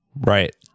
Right